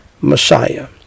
Messiah